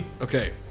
Okay